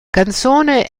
canzone